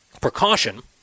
precaution